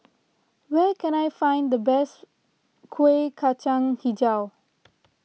where can I find the best Kueh Kacang HiJau